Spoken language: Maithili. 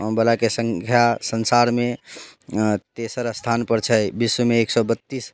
वलाके संख्या संसारमे तेसर स्थानपर छै विश्वमे एक सए बत्तीस